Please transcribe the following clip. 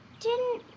do